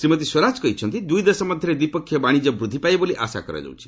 ଶ୍ରୀମତୀ ସ୍ୱରାଜ କହିଛନ୍ତି ଦୁଇଦେଶ ମଧ୍ୟରେ ଦ୍ୱିପକ୍ଷୀୟ ବାଣିଜ୍ୟ ବୃଦ୍ଧି ପାଇବ ବୋଲି ଆଶା କରାଯାଉଛି